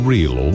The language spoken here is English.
Real